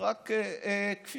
רק כפי